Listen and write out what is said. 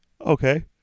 Okay